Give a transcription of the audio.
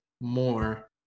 more